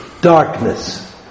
Darkness